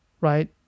Right